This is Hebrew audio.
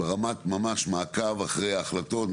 ברמת ממש מעקב אחרי החלטות,